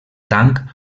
tang